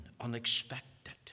unexpected